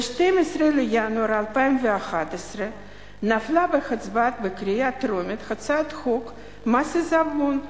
ב-12 בינואר 2011 נפלה בהצבעה בקריאה טרומית הצעת חוק מס עיזבון,